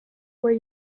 where